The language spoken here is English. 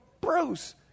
Bruce